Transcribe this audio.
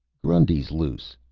grundy's loose.